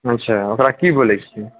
अच्छा ओकरा की बोलए छी